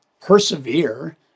Persevere